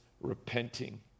repenting